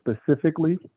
specifically